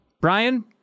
brian